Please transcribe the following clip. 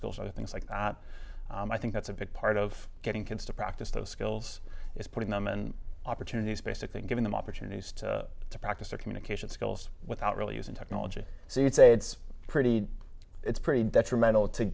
skills or things like that and i think that's a big part of getting kids to practice those skills is putting them in opportunities basically giving them opportunities to to practice their communication skills without really using technology so you'd say it's it's pretty it's pretty detrimental to